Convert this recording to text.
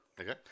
Okay